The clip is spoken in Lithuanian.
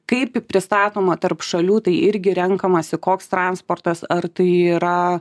kaip pristatoma tarp šalių tai irgi renkamasi koks transportas ar tai yra